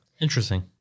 Interesting